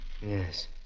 Yes